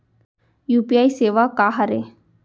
UPI सेवा का हरे?